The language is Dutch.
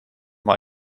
maar